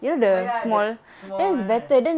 oh ya the small